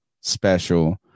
special